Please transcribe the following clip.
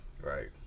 right